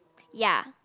ya